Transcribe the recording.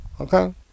Okay